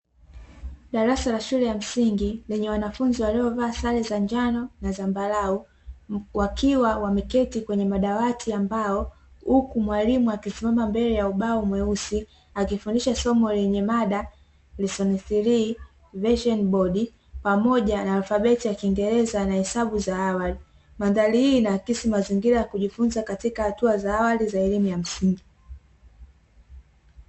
Darasa la shule ya msingi lenye wanafunzi waliovaa sare za njano na zambarau, wakiwa wameketi kwenye madawati ya mbao, huku mwalimu akisimama mbele ya ubao mweusi akifundisha somo lenye madam ''lesson three version board' ' pamoja na alfabeti za kiingereza na hesabu za awali. Mandhari hii inaakisi mazingira ya kujifunza, katika hatua za awali za elimu ya msingi.